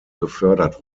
gefördert